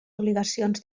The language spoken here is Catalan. obligacions